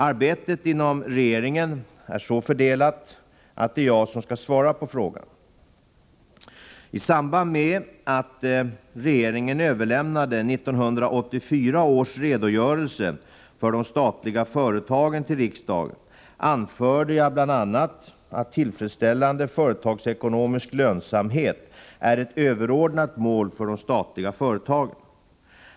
Arbetet inom regeringen är så fördelat att det är jag som skall svara på frågan. I samband med att regeringen överlämnade 1984 års redogörelse för de statliga företagen till riksdagen anförde jag bl.a. att tillfredsställande företagsekonomisk lönsamhet är ett överordnat mål för de statliga företagen.